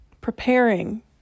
preparing